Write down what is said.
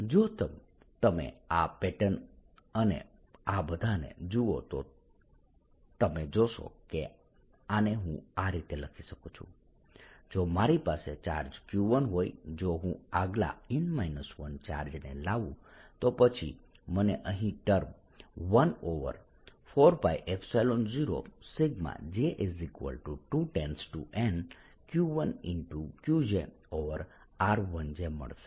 જો તમે આ પેટર્ન અને આ બધાને જુઓ તો તમે જોશો કે આને હું આ રીતે લખી શકું છું જો મારી પાસે ચાર્જ Q1 હોય જો હું આગલા n 1 ચાર્જને લાવું તો પછી મને અહીં term 14π0j2N Q1Q jr1 j મળશે